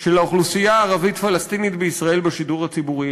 של האוכלוסייה הערבית-פלסטינית בישראל בשידור הציבורי?